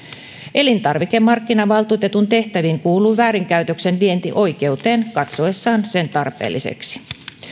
elintarvikemarkkinavaltuutetun tehtäviin kuuluu väärinkäytöksen vienti oikeuteen katsoessaan sen tarpeelliseksi